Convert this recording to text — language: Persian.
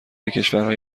کشورهای